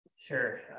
Sure